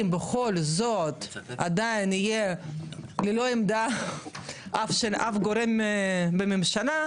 אם בכל זאת עדיין יהיה ללא עמדה של אף גורם בממשלה,